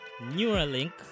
Neuralink